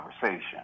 conversation